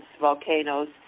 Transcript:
volcanoes